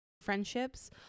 friendships